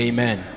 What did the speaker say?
Amen